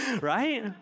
right